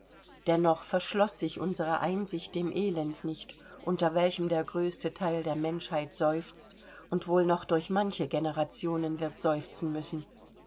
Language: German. dennoch verschloß sich unsere einsicht dem elend nicht unter welchem der größte teil der menschheit seufzt und wohl noch durch manche generation wird seufzen müssen